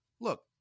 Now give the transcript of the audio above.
look